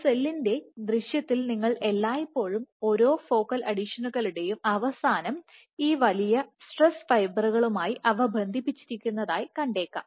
ഒരു സെല്ലിന്റെ ദൃശ്യത്തിൽ നിങ്ങൾ എല്ലായ്പ്പോഴും ഓരോ ഫോക്കൽ അഡിഷനുകളുടെയും അവസാനം അവ ഈ വലിയ സ്ട്രെസ് ഫൈബറുകളുമായി ബന്ധിപ്പിച്ചിരിക്കുന്നതായി നിങ്ങൾ കണ്ടേക്കാം